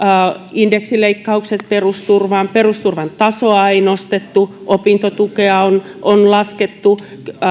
indeksileikkaukset perusturvaan perusturvan tasoa ei nostettu opintotukea on on laskettu